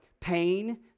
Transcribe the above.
pain